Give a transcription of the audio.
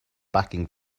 backing